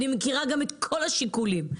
אני מכירה את כל השיקולים,